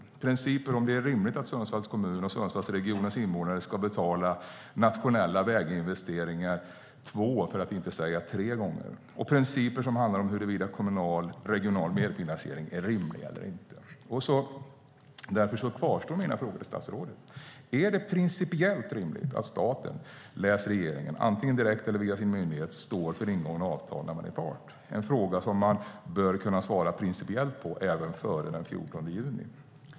Det är principer om huruvida det är rimligt att Sundsvalls kommun och Sundsvallsregionens invånare ska betala nationella väginvesteringar två, för att inte säga tre, gånger. Och det är principer som handlar om huruvida kommunal och regional medfinansiering är rimlig eller inte. Därför kvarstår mina frågor till statsrådet. Är det principiellt rimligt att staten - läs regeringen! - antingen direkt eller via sin myndighet står för ingångna avtal när man är part? Det är en fråga som man bör kunna svara principiellt på även före den 14 juni.